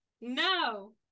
no